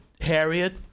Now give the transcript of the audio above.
Harriet